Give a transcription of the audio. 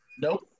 Nope